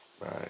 Right